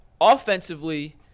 Offensively